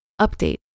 Update